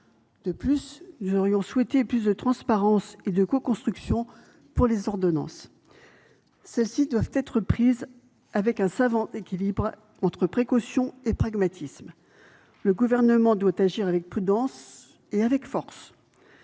De plus, nous aurions souhaité plus de transparence et de coconstruction pour les ordonnances. Celles ci doivent être prises avec un savant équilibre entre précaution et pragmatisme. Le Gouvernement doit agir avec prudence et avec force.